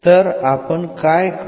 तर आपण काय करू